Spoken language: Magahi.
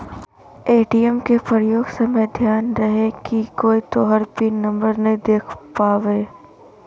ए.टी.एम के प्रयोग समय ध्यान रहे कोय तोहर पिन नंबर नै देख पावे